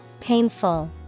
painful